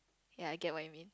ya it get what I mean